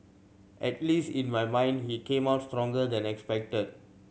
at least in my mind he came out stronger than expected